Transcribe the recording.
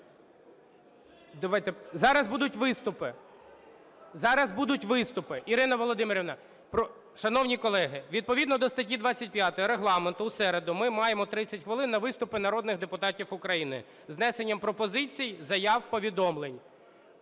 Зараз будуть виступити. Ірина Володимирівна… Шановні колеги, відповідно до статті 25 Регламенту в середу ми маємо 30 хвилин на виступи народних депутатів України з внесенням пропозицій, заяв, повідомлень.